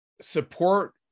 support